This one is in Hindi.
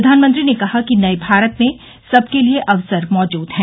प्रधानमंत्री ने कहा कि नए भारत में सबके लिए अवसर मौजूद हैं